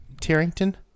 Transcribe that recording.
Tarrington